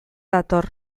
dator